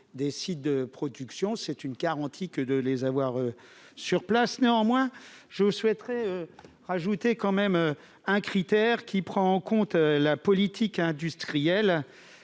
des sites de production. C'est une garantie que de les avoir sur place. Je souhaite toutefois ajouter un critère, qui prend en compte la politique industrielle,